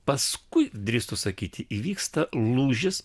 paskui drįstu sakyti įvyksta lūžis